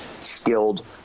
skilled